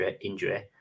injury